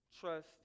trust